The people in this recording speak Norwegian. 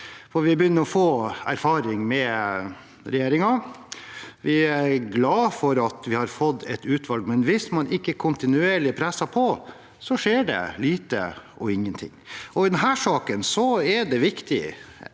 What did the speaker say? Vi begynner å få erfaring med regjeringen. Vi er glad for at vi har fått et utvalg, men hvis man ikke kontinuerlig presser på, skjer det lite og ingenting. I denne saken er det viktig